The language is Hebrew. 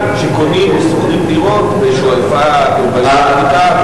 אני מדבר למשל על מקרים שקונים או שוכרים דירות בשועפאט או בעיר העתיקה,